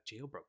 jailbroken